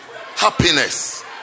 Happiness